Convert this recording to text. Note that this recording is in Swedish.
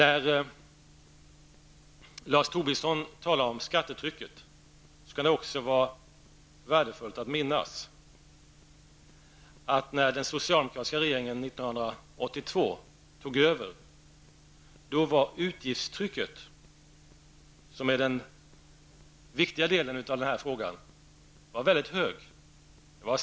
Lars Tobisson talade också om skattetrycket. Men då är det värdefullt att ha i minnet att utgiftstrycket, som är den viktiga delen i den här frågan, 1982, då den socialdemokratiska regeringen tog över, var mycket högt.